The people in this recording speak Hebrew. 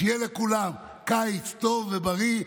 שיהיה לכולם קיץ טוב ובריא,